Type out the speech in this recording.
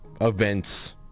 events